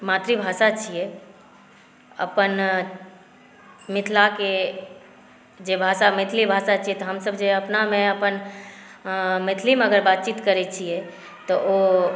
मातृभाषा छियै अपन मिथिलाके जे भाषा मैथिली भाषा छियै तऽ हमसभ जे अपनामे अपन मैथिलीमे अगर बातचीत करै छियै तऽ ओ